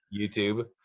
youtube